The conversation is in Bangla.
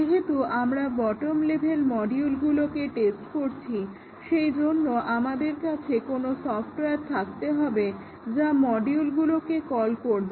যেহেতু আমরা বটম লেভেল মডিউলগুলো টেস্ট করছি সেই জন্য আমাদের কাছে কোনো সফটওয়্যার থাকতে হবে যা এই মডেলগুলোকে কল করবে